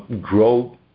grow